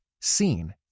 seen